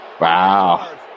Wow